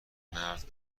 مرد